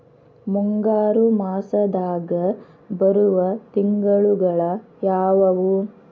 ಮುಂಗಾರು ಮಾಸದಾಗ ಬರುವ ತಿಂಗಳುಗಳ ಯಾವವು?